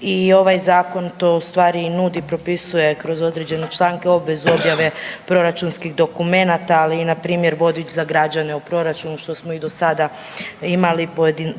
i ovaj zakon to u stvari i nudi, propisuje kroz određene članke obvezu objave proračunskih dokumenata, ali i npr. vodič za građane u proračunu što smo i do sada imali,